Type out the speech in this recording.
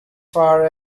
far